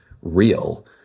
real